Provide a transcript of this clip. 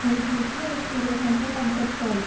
అది పూర్తిగా చూస్తే ఇరవై సంవత్సరాలు డబ్బు కట్టుకోవాలి